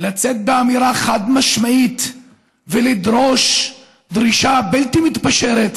לצאת באמירה חד-משמעית ולדרוש דרישה בלתי מתפשרת